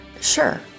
Sure